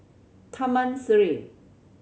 Taman Sireh